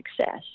success